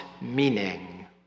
meaning